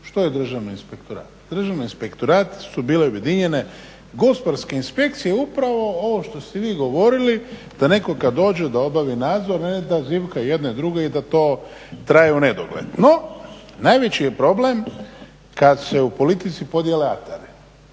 što je Državni inspektorat. Državni inspektorat su bile objedinjene Gospodarska inspekcija i upravo ovo što ste vi govorili da netko kad dođe da obavi nadzor ne da zivka jedne, druge i da to traje u nedogled. No, najveći je problem kad se u politici podijele akteri.